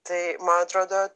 tai man atrodo